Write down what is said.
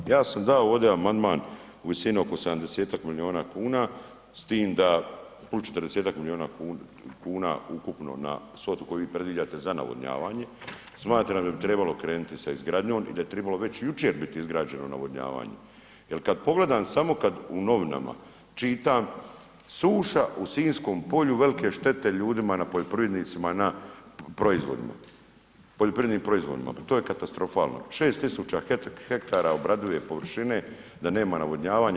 Ja sam dao ovdje amandman u visini oko 70-ak milijuna kuna s tim da plus 40-ak milijuna kuna ukupno na svotu koju vi predviđate za navodnjavanje, smatram da bi trebalo krenuti sa izgradnjom i da je trebalo već jučer bit izgrađeno navodnjavanje jer kad pogledam, samo u novinama čitam, suša u Sinjskom polju, velike štete ljudima na poljoprivrednicima na proizvodima, poljoprivrednim proizvodima, pa to je katastrofalno, 6000 ha obradive površine, da nema navodnjavanja.